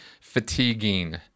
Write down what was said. fatiguing